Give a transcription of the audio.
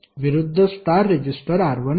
विरुद्ध star resistor R1 आहे